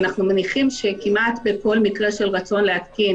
אנחנו מניחים שכמעט בכל מקרה של רצון להתקין